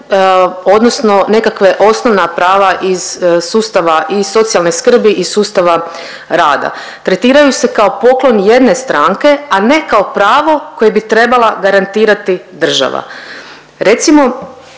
odnosno nekakva osnovna prava iz sustava i socijalne skrbi i sustava rada. Tretiraju se kao poklon jedne stranke, a ne kao pravo koje bi trebala garantirati država.